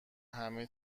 همه